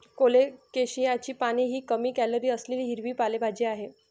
कोलोकेशियाची पाने ही कमी कॅलरी असलेली हिरवी पालेभाजी आहे